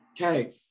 Okay